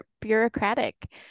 bureaucratic